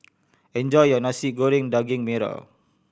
enjoy your Nasi Goreng Daging Merah